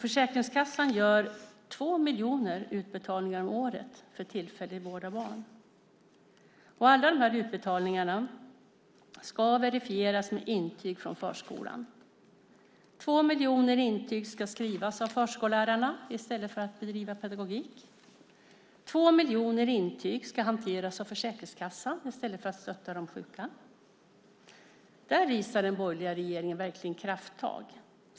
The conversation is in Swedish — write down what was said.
Försäkringskassan gör två miljoner utbetalningar om året för tillfällig vård av barn. Alla de här utbetalningarna ska verifieras med intyg från förskolan. Två miljoner intyg ska skrivas av förskollärarna i stället för att de bedriver pedagogik. Två miljoner intyg ska hanteras av Försäkringskassan i stället för att de stöttar de sjuka. Där visar den borgerliga regeringen verkligen krafttag.